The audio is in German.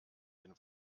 den